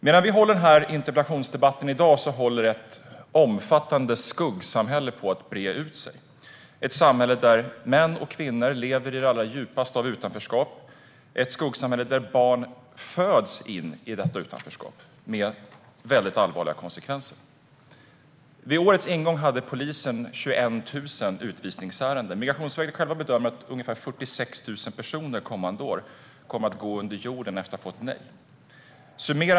Medan vi har denna interpellationsdebatt i dag håller ett omfattande skuggsamhälle på att breda ut sig - ett samhälle där män och kvinnor lever i det allra djupaste av utanförskap och där barn föds in i detta utanförskap, med väldigt allvarliga konsekvenser. Vid årets ingång hade polisen 21 000 utvisningsärenden. Migrationsverket bedömer att ungefär 46 000 personer kommer att gå under jorden kommande år efter att ha fått ett nej.